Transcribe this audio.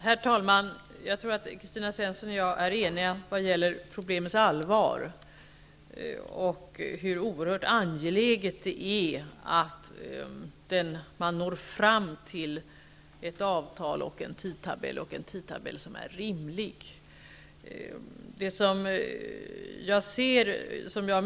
Herr talman! Jag tror att Kristina Svensson och jag är eniga om problemets allvar och om hur oerhört angeläget det är att man når fram till ett avtal och en tidtabell som är rimlig.